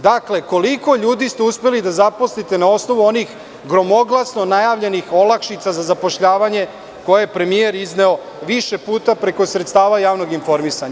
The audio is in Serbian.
Dakle, koliko ljudi ste uspeli da zaposlite na osnovu onih gromoglasno najavljenih olakšica za zapošljavanje, a koje je premijer izneo više puta preko sredstava javnog informisanja?